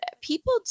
people